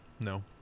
No